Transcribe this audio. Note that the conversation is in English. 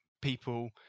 people